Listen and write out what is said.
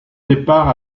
départ